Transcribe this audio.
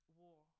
war